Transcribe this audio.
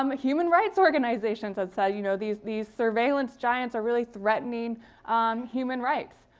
um human rights organizations that said you know, these these surveillance giants are really threatening um human rights.